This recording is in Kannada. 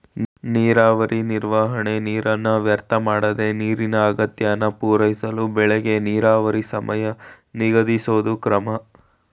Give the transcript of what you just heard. ನೀರಾವರಿ ನಿರ್ವಹಣೆ ನೀರನ್ನ ವ್ಯರ್ಥಮಾಡ್ದೆ ನೀರಿನ ಅಗತ್ಯನ ಪೂರೈಸಳು ಬೆಳೆಗೆ ನೀರಾವರಿ ಸಮಯ ನಿಗದಿಸೋದು ಕ್ರಮ